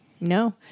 No